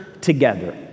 together